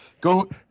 go